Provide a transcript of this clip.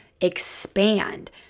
expand